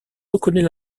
reconnaît